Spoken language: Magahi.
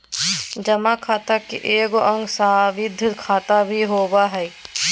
जमा खाता के एगो अंग सावधि खाता भी होबो हइ